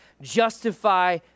justify